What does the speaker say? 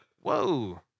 whoa